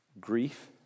grief